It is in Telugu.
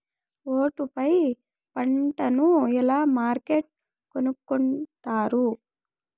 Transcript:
ఒట్టు పై పంటను ఎలా మార్కెట్ కొనుక్కొంటారు?